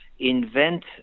invent